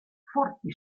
forti